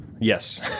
Yes